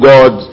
God